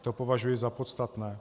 To považuji za podstatné.